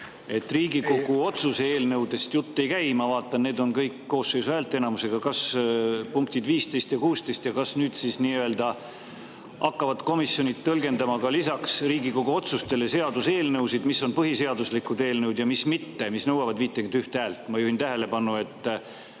Riigikogu otsuse eelnõudest jutt ei käi, ma vaatan, need on kõik koosseisu häälteenamusega. Kas punktid 15 ja 16? Ja kas nüüd siis hakkavad komisjonid tõlgendama lisaks Riigikogu otsustele seaduseelnõusid, et mis on põhiseaduslikud eelnõud ja mis mitte ja mis nõuavad 51 häält? Ma juhin tähelepanu, et